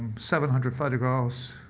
seven hundred photographs.